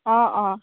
অ' অ'